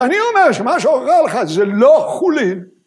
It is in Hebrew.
‫אני אומר שמה שאוכל לך זה לא חולין.